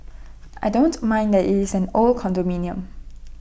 I don't mind that IT is an old condominium